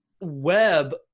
web